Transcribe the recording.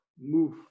move